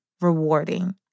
rewarding